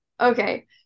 Okay